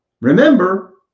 remember